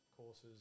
courses